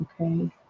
okay